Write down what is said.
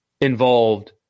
involved